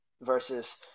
versus